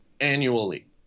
annually